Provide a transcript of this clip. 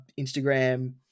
Instagram